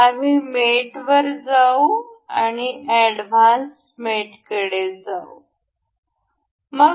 आम्ही मेटवर जाऊ आणि एडव्हान्स मेटकडे जाऊ मग